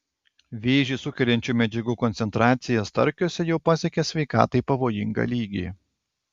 vėžį sukeliančių medžiagų koncentracija starkiuose jau pasiekė sveikatai pavojingą lygį